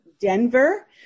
Denver